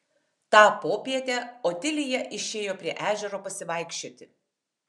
tą popietę otilija išėjo prie ežero pasivaikščioti